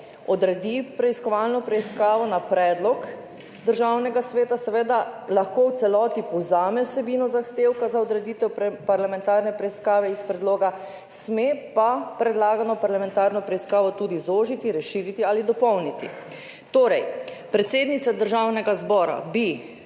odredi preiskovalno preiskavo na predlog Državnega sveta, seveda lahko v celoti povzame vsebino zahtevka za odreditev parlamentarne preiskave iz predloga, sme pa predlagano parlamentarno preiskavo tudi zožiti, razširiti ali dopolniti. Torej, predsednica Državnega zbora bi